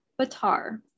Batar